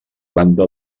banda